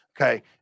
okay